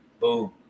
Boom